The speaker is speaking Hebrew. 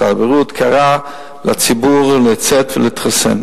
ומשרד הבריאות קרא לציבור לצאת ולהתחסן.